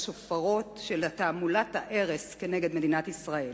בשופרות של תעמולת הארס נגד מדינת ישראל.